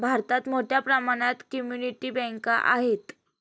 भारतात मोठ्या प्रमाणात कम्युनिटी बँका आहेत